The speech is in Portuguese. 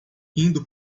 indo